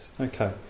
okay